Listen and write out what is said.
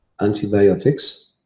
antibiotics